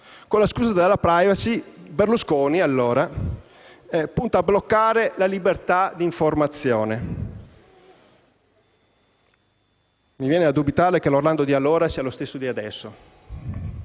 «Con la scusa della *privacy*, Berlusconi» - allora - «punta a bloccare la libertà di informazione (...)». Mi viene da dubitare che l'Orlando di allora sia lo stesso di adesso.